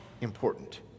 important